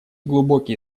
глубокие